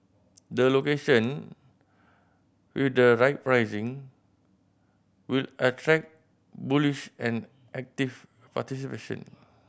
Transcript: the location with the right pricing will attract bullish and active participation